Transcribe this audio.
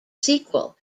sequel